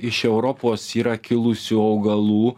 iš europos yra kilusių augalų